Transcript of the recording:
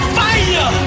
fire